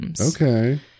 Okay